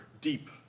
deep